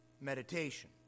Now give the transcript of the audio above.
meditation